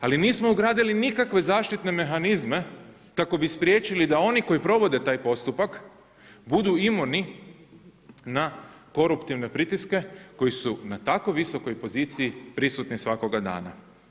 Ali nismo ugradili nikakve zaštitne mehanizme kako bi spriječili da oni koji provode taj postupak budu imuni na koruptivne pritiske koji su na tako visokoj poziciji prisutni svakoga dana.